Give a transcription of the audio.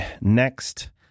next